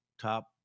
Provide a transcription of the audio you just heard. top